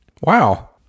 wow